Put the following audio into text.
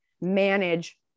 manage